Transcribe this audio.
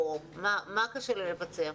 מה קשה לבצע?